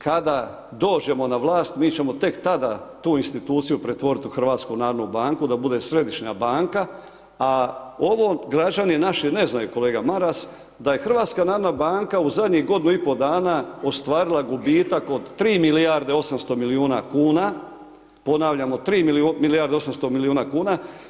Kada dođemo na vlast mi ćemo tek tada tu instituciju pretvoriti u HNB da bude središnja banka, a ovo građani naši ne znaju kolega Maras da je HNB u zadnjih godinu i po dana ostvarila gubitak od 3 milijarde 800 milijuna kuna, ponavljamo 3 milijarde 800 milijuna kuna.